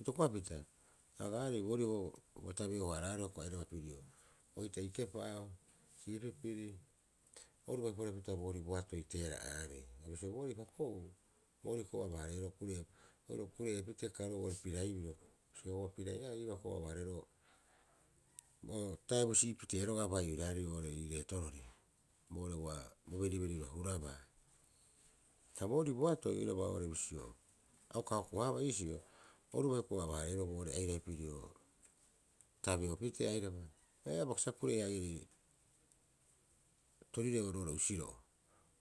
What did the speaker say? Itokopapita agaarei boorii ua tabeo- haaraaro airaba pirio oita'i kepa'a siipipiri oru bai pore pita boorii boatoi teera'aarei. Ha bisio boorii papo'uu borii ko'e aba- hareeroo ke'eepitee karoou o pirai biru. Bisio heua piraiaae iiba ko'e aba- haaroeroo taebu si'ipitee roga'a bai oiraarei oo'ore iireetorori boo ore ua bo beriberi hurabaa. Ha boorii boatoi oiraba oo'ore bisio, a uka hoko- haabaa iisio. Uru bai ko'e aba- hareeroo boo'ore airai pirio tabeo pitee airaba, ha abai kasiba sa kure'ee- haa'ierii torireu roo'ore usiro'o,